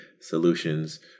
solutions